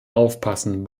aufpassen